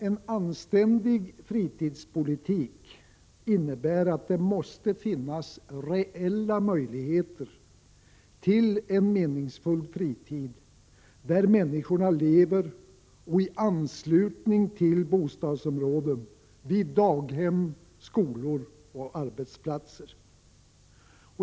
En anständig fritidspolitik innebär att det skall finnas reella möjligheter till en meningsfull fritid där människor lever och bor; i anslutning till bostadsområden samt vid daghem, skolor och arbetsplatser.